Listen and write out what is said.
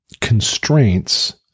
constraints